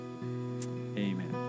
Amen